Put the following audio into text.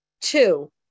Two